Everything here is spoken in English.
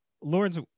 Lawrence